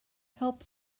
help